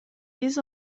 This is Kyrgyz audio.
биз